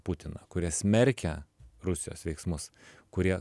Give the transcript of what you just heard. putiną kurie smerkia rusijos veiksmus kurie